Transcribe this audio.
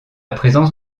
présence